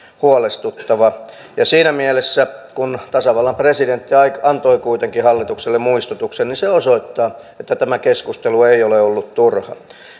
huolestuttava siinä mielessä se että tasavallan presidentti antoi kuitenkin hallitukselle muistutuksen osoittaa että tämä keskustelu ei ole ollut turha